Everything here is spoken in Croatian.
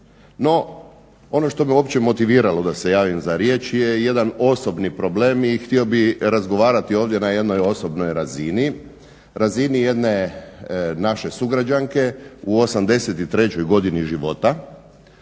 No, ono što me uopće motiviralo da se javim za riječ je jedan osobni problem i htio bih razgovarati na jednoj osobnoj razini, razini jedne naše sugrađanke u 83.godini života